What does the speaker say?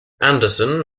anderson